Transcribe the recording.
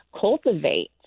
cultivate